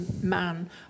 man